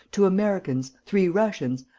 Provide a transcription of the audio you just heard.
two americans, three russians,